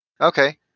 Okay